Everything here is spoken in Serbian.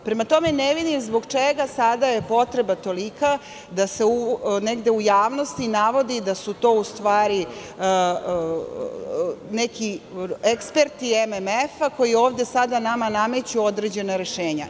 Prema tome, ne vidim zbog čega je sada potreba tolika da se negde u javnosti navodi da su to u stvari neki eksperti MMF-a koji ovde sada nama nameću određena rešenja.